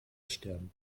sterben